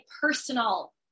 personal